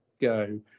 go